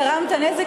גרמת נזק,